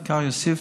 וכפר יאסיף,